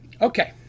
Okay